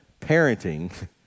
parenting